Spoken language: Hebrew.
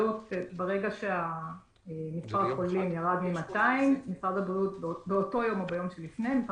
ברגע שמספר החולים יורד מ-200 באותו יום או ביום שלפני כן,